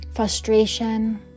frustration